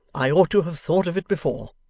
i ought to have thought of it before